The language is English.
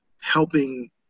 helping